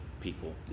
people